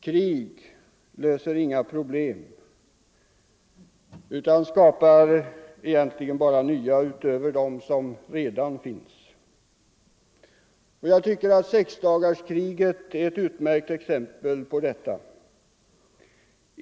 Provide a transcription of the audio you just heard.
Krig löser inga problem, utan de skapar egentligen bara nya utöver dem som redan finns. Sexdagarskriget 1967 är ett utmärkt exempel på detta.